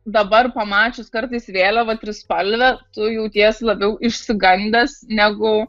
dabar pamačius kartais vėliavą trispalvę tu jautiesi labiau išsigandęs negu